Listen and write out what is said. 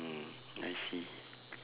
mm I see